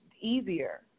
easier